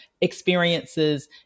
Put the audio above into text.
experiences